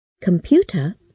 Computer